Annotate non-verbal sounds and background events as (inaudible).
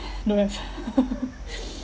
(breath) don't have (laughs)